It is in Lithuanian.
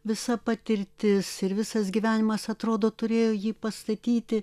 visa patirtis ir visas gyvenimas atrodo turėjo jį pastatyti